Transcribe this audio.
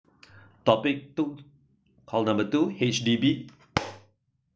topic two call number two H_D_B